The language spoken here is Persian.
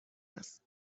است